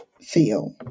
feel